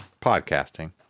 Podcasting